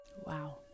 wow